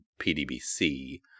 PDBC